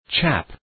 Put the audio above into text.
Chap